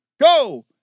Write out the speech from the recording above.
Go